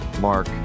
mark